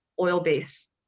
oil-based